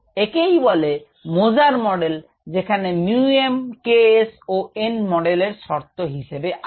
একেই বলে Moser model যেখানে 𝜇𝑚 K s ও n মডেলের শর্ত হিসেবে আছে